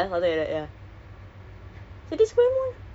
ah city square mall also pun kat situ pun ya